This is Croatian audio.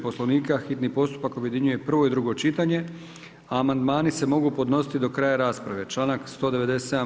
Poslovnika hitni postupak objedinjuje prvo i drugo čitanje, a amandmani se mogu podnositi do kraja rasprave, članak 197.